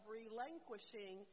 relinquishing